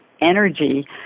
energy